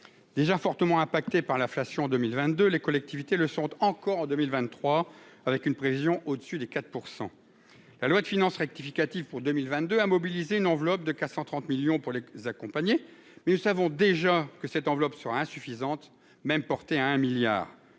déjà fortement impacté par l'inflation 2022, les collectivités, le sont encore en 2023, avec une prévision au-dessus des 4 % la loi de finances rectificative pour 2022 a mobilisé une enveloppe de 430 millions pour les accompagner, mais nous savons déjà que cette enveloppe sera insuffisante même porté à un milliard